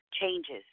changes